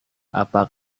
apa